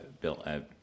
Bill